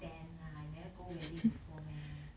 ten ah you never go wedding before meh